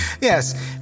yes